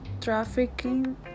trafficking